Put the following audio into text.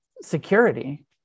security